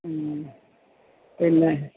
ഉം പിന്നെ